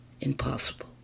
impossible